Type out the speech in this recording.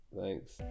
Thanks